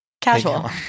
Casual